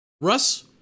Russ